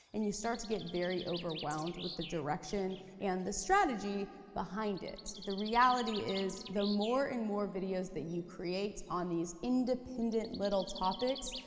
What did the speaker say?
and you start to get very overwhelmed with the direction and the strategy behind it. the reality is the more and more videos that you create on these independent little topics,